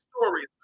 stories